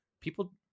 people